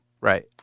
Right